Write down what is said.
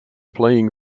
playing